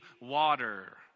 water